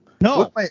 No